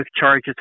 charges